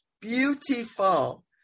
Beautiful